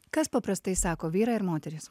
kas paprastai sako vyrai ar moterys